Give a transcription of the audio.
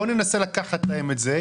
בוא ננסה לקחת להם את זה.